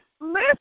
Listen